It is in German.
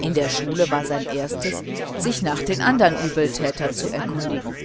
in der schule war es sein erstes sich nach den anderen übeltätern zu erkundigen